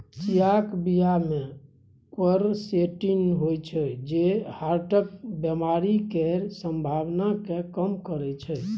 चियाक बीया मे क्वरसेटीन होइ छै जे हार्टक बेमारी केर संभाबना केँ कम करय छै